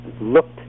looked